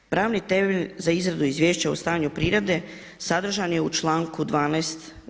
Pravni temelj za izradu izvješća o stanju prirode sadržan je u članku 12.